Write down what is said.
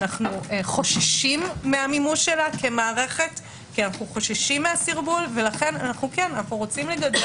אנו חוששים מהמימוש שלה כמערכת כי אנו חוששים מהסרבול ולכן רוצים לגדר